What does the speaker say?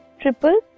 triple